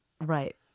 right